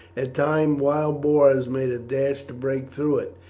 at times wild boars made a dash to break through it.